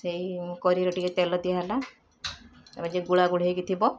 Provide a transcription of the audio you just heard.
ସେଇ କରିରେ ଟିକେ ତେଲ ଦିଆହେଲା ତାପରେ ଯିଏ ଗୋଳାଗୋଳି ହେଇକି ଥିବ